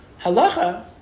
Halacha